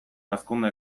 hazkunde